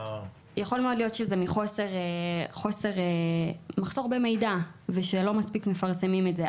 יכול מאוד להיות שזה ממחסור במידע ושלא מספיק מפרסמים את זה,